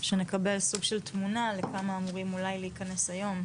שנקבל סוג של תמונה לכמה אמורים אולי להיכנס היום.